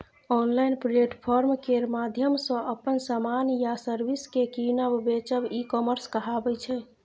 online platform केर माध्यमसँ अपन समान या सर्विस केँ कीनब बेचब ई कामर्स कहाबै छै